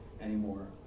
anymore